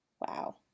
Wow